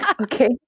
Okay